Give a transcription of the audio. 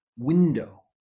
Window